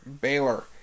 Baylor